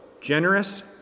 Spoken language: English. generous